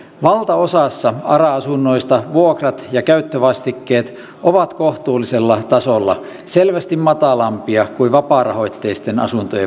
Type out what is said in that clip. valtaosassa ara asunnoista vuokrat ja käyttövastikkeet ovat kohtuullisella tasolla selvästi matalampia kuin vapaarahoitteisten asuntojen vuokrat